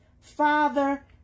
father